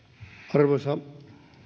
arvoisa